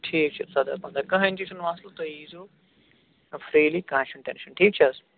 ٹھیٖک چھُ ژۄداہ پَنٛداہ کٕہٲنۍ تہِ چھُنہٕ مَسلہٕ تُہۍ ییٖزیٚو ٲں فرٛیٖلی کانٛہہ چھُنہٕ ٹیٚنشَن ٹھیٖک چھا حظ